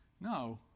No